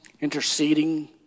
Interceding